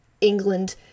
England